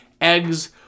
eggs